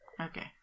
Okay